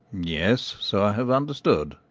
yes, so i have understood.